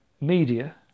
media